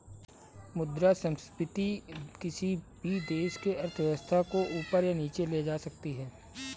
मुद्रा संस्फिति किसी भी देश की अर्थव्यवस्था को ऊपर या नीचे ले जा सकती है